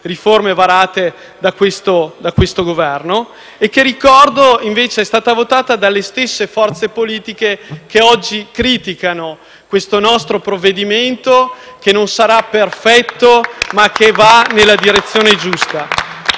riforme varate da questo Governo. Ricordo invece che quella riforma è stata votata dalle stesse forze politiche che oggi criticano questo nostro provvedimento, che non sarà perfetto ma va nella direzione giusta